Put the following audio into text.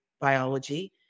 biology